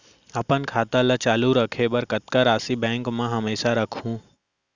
अपन खाता ल चालू रखे बर कतका राशि बैंक म हमेशा राखहूँ?